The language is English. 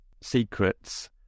secrets